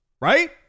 Right